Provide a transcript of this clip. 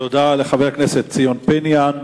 תודה לחבר הכנסת ציון פיניאן.